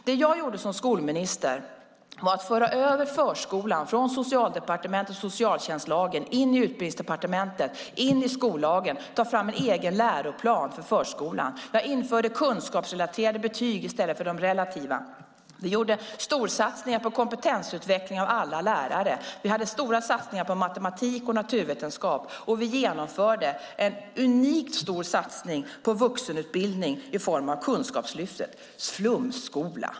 Det jag gjorde som skolminister var att föra över förskolan från Socialdepartementet och socialtjänstlagen in i Utbildningsdepartementet, in i skollagen, och att ta fram en egen läroplan för förskolan. Jag införde kunskapsrelaterade betyg i stället för de relativa. Vi gjorde storsatsningar på kompetensutveckling av alla lärare. Vi gjorde stora satsningar på matematik och naturvetenskap och vi genomförde en unikt stor satsning på vuxenutbildning i form av Kunskapslyftet - flumskola!